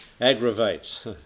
Aggravates